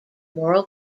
moral